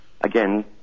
again